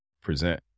present